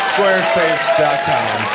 Squarespace.com